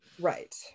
Right